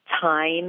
time